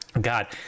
God